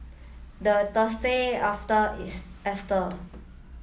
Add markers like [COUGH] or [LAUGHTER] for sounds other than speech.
the Thursday after [UNINTELLIGIBLE]